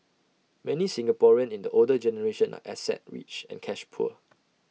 many Singaporeans in the older generation are asset rich and cash poor